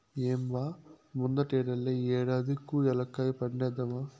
ఏం బా ముందటేడల్లే ఈ ఏడాది కూ ఏలక్కాయ పంటేద్దామా